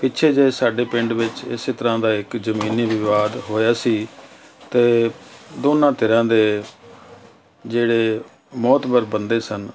ਪਿੱਛੇ ਜਿਹੇ ਸਾਡੇ ਪਿੰਡ ਵਿੱਚ ਇਸੇ ਤਰ੍ਹਾਂ ਦਾ ਇੱਕ ਜ਼ਮੀਨੀ ਵਿਵਾਦ ਹੋਇਆ ਸੀ ਅਤੇ ਦੋਨਾਂ ਧਿਰਾਂ ਦੇ ਜਿਹੜੇ ਮੋਹਤਵਾਰ ਬੰਦੇ ਸਨ